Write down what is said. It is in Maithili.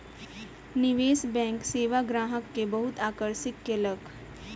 निवेश बैंक सेवा ग्राहक के बहुत आकर्षित केलक